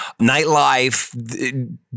nightlife